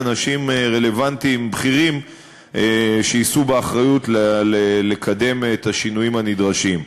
אנשים רלוונטיים בכירים שיישאו באחריות לקדם את השינויים שנדרשים.